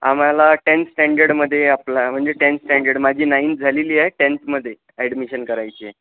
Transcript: आम्हाला टेंथ स्टँडर्डमध्ये आप्लाय म्हणजे टेंथ स्टँडर्ड माझी नाइंथ झालेली आहे टेंथमध्ये ॲडमिशन करायची आहे